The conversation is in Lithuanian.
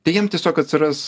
tai jiem tiesiog atsiras